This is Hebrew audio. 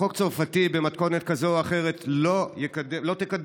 חוק צרפתי במתכונת כזו או אחרת לא תקדם,